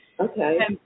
okay